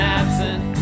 absent